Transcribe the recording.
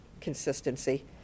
consistency